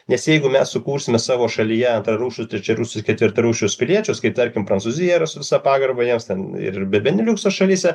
nes jeigu mes sukursime savo šalyje antrarūšius trečiarūšius ketvirtrarūšius piliečius kaip tarkim prancūzija yra su visa pagarba jiems ten ir beniliukso šalyse